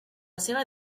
seva